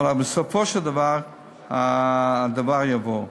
אבל בסופו של דבר הדבר יבוא.